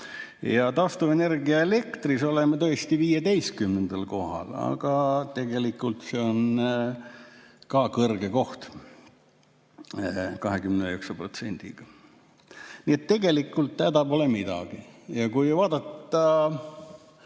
Taastuvenergia elektriga oleme tõesti 15. kohal, aga tegelikult see on ka kõrge koht, 29%. Nii et tegelikult pole häda midagi. Kui vaadata